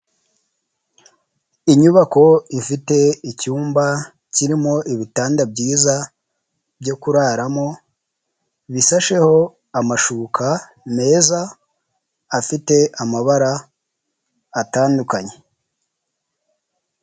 Inyubako ifite icyumba kirimo ibitanda byiza byo kuraramo, bisasheho amashuka meza afite amabara atandukanye.